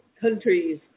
countries